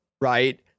right